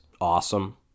awesome